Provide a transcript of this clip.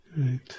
Right